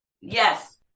Yes